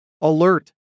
Alert